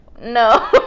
no